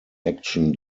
action